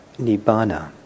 Nibbana